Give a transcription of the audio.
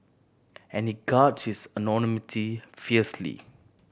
and he guards his anonymity fiercely